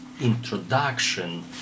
introduction